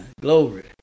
glory